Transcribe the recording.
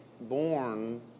born